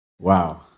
Wow